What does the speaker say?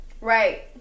Right